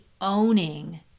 owning